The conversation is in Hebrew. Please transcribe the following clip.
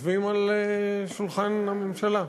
יושבים על שולחן הממשלה.